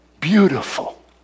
beautiful